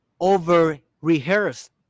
over-rehearsed